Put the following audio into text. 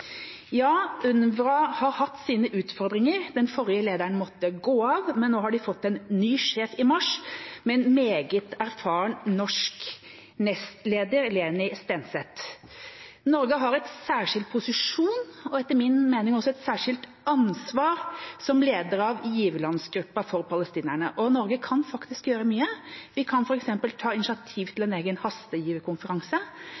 har hatt sine utfordringer. Den forrige lederen måtte gå av. Men nå har de fått en ny sjef, i mars, med en meget erfaren norsk nestleder, Leni Stenseth. Norge har en særskilt posisjon og etter min mening også et særskilt ansvar som leder av giverlandsgruppa for Palestina. Og Norge kan faktisk gjøre mye. Vi kan f.eks. ta initiativ til